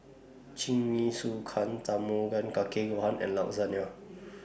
Jingisukan Tamago Kake Gohan and Lasagne